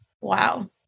Wow